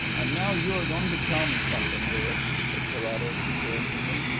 and now you are going to tell me something, louis, said carrados encouragingly.